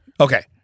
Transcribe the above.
Okay